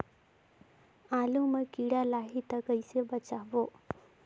आलू मां कीड़ा लाही ता कइसे बचाबो?